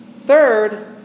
Third